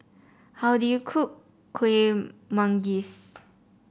how do you cook Kuih Manggis